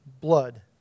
blood